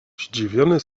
zdziwiony